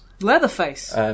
Leatherface